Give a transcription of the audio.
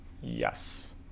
Yes